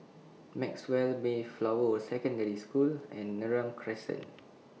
Maxwell Mayflower Secondary School and Neram Crescent